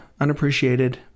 unappreciated